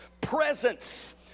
presence